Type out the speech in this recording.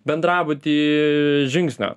bendrabutį žingsnio